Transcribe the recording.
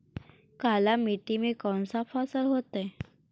काला मिट्टी में कौन से फसल होतै?